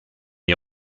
est